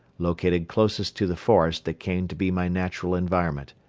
located closest to the forest that came to be my natural environment.